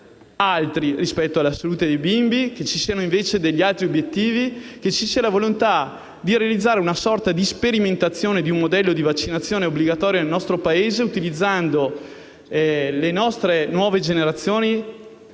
altri rispetto alla salute dei bimbi; che esistano altri obiettivi e la volontà di realizzare una sorta di sperimentazione di un modello di vaccinazione obbligatorio nel nostro Paese utilizzando le nostre nuove generazioni,